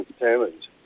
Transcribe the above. entertainment